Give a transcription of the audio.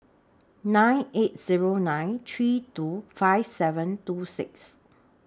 nine eight Zero nine three two five seven two six